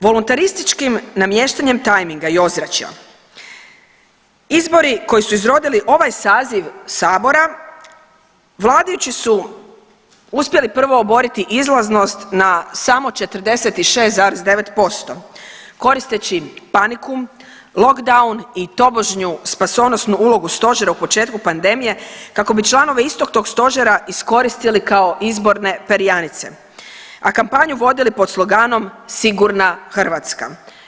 Voluntarističkim namještanjem tajminga i ozračja izbori koji su izrodili ovaj saziv sabora vladajući su uspjeli prvo oboriti izlaznost na samo 46,9% koristeći paniku, lockdown i tobožnju spasonosnu ulogu stožera u početku pandemije kako bi članove istog tog stožera iskoristili kao izborne perjanice, a kampanju vodili pod sloganom Sigurna Hrvatska.